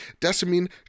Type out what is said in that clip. Desamine